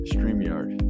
StreamYard